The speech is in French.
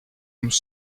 nous